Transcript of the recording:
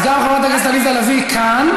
אז גם חברת הכנסת עליזה לביא כאן.